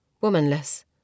womanless